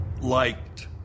liked